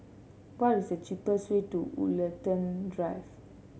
what is the cheapest way to Woollerton Drive